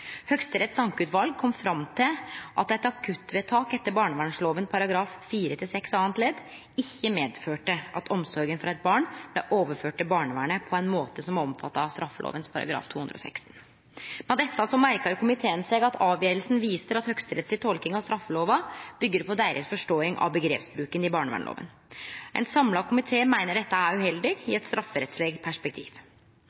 barnvernlova. Høgsteretts ankeutval kom fram til at eit akuttvedtak etter barnvernlova § 4-6 andre ledd, ikkje medførte at omsorga for eit barn blei overført til barnevernet på ein måte som er omfatta av § 216. Med dette merkar komiteen seg at avgjerda viser at Høgsterett si tolking av straffelova byggjer på forståinga deira av bruken av omgrep i barnevernlova. Ein samla komité meiner dette er uheldig i